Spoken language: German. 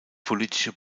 politische